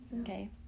Okay